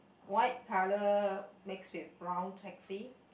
white colour mix with brown taxi